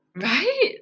Right